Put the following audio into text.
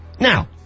Now